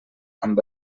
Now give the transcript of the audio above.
amb